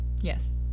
Yes